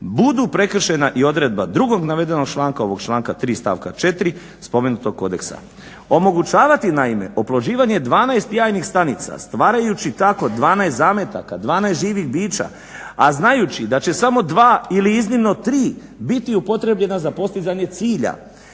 budu prekršena i odredba drugog navedenog članka, ovog članka 3. stavka 4. spomenutog kodeksa. Omogućavati naime oplođivanje 12 jajnih stanica stvarajući tako 12 zametaka, 12 živih bića, a znajući da će samo dva ili iznimno tri biti upotrijebljena za postizanje cilja,